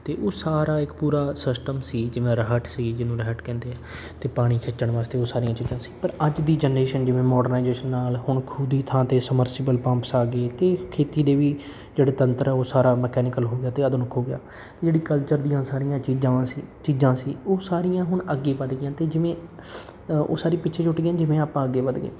ਅਤੇ ਉਹ ਸਾਰਾ ਇੱਕ ਪੂਰਾ ਸਿਸਟਮ ਸੀ ਜਿਵੇਂ ਰਹਿਟ ਸੀ ਜਿਹਨੂੰ ਰਹਿਟ ਕਹਿੰਦੇ ਹਾਂ ਅਤੇ ਪਾਣੀ ਖਿੱਚਣ ਵਾਸਤੇ ਉਹ ਸਾਰੀਆਂ ਚੀਜ਼ਾਂ ਸੀ ਪਰ ਅੱਜ ਦੀ ਜਨਰੇਸ਼ਨ ਜਿਵੇਂ ਮੋਡਰਨਾਈਜੇਸ਼ਨ ਨਾਲ ਹੁਣ ਖੂਹ ਦੀ ਥਾਂ 'ਤੇ ਹੁਣ ਸਬਮਰਸੀਬਲ ਪੰਪਸ ਆ ਗਏ ਅਤੇ ਖੇਤੀ ਦੇ ਵੀ ਜਿਹੜੇ ਤੰਤਰ ਆ ਉਹ ਸਾਰਾ ਮੈਕੈਨੀਕਲ ਹੋ ਗਿਆ ਅਤੇ ਆਧੁਨਿਕ ਹੋ ਗਿਆ ਜਿਹੜੀ ਕਲਚਰ ਦੀਆਂ ਸਾਰੀਆਂ ਚੀਜ਼ਾਂ ਵਾ ਚੀਜ਼ਾਂ ਸੀ ਉਹ ਸਾਰੀਆਂ ਹੁਣ ਅੱਗੇ ਵਧ ਗਈਆਂ ਅਤੇ ਜਿਵੇਂ ਉਹ ਸਾਰੀ ਪਿੱਛੇ ਛੁੱਟ ਗਈਆਂ ਜਿਵੇਂ ਆਪਾਂ ਅੱਗੇ ਵੱਧ ਗਏ